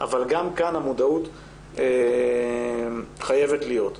גם כאן המודעות חייבת להיות.